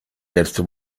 letzte